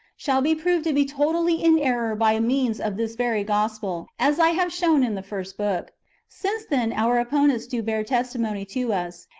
shall be proved to be totally in error by means of this very gospel, as i have shown in the first book since, then, our opponents do bear testimony to us,